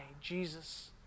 Jesus